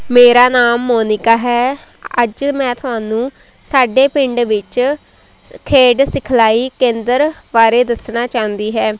ਮੇਰਾ ਨਾਮ ਮੋਨਿਕਾ ਹੈ ਅੱਜ ਮੈਂ ਤੁਹਾਨੂੰ ਸਾਡੇ ਪਿੰਡ ਵਿੱਚ ਖੇਡ ਸ ਸਿਖਲਾਈ ਕੇਂਦਰ ਬਾਰੇ ਦੱਸਣਾ ਚਾਹੁੰਦੀ ਹੈ